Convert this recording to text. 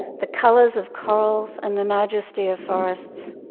the colours of corals and the majesty of forests.